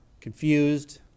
Confused